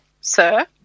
sir